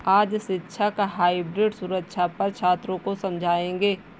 आज शिक्षक हाइब्रिड सुरक्षा पर छात्रों को समझाएँगे